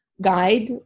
guide